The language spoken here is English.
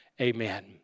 amen